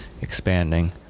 expanding